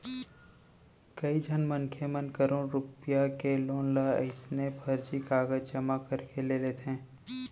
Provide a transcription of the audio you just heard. कइझन मनखे मन करोड़ो रूपिया के लोन ल अइसने फरजी कागज जमा करके ले लेथे